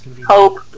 Hope